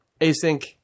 Async